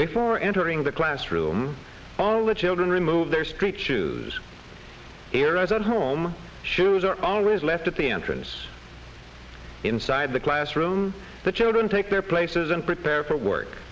before entering the classroom all the children removed their street shoes here as at home shoes are always left at the entrance inside the classroom the children take their places and prepare for work